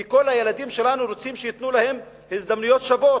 כי כל הילדים שלנו רוצים שייתנו להם הזדמנויות שוות,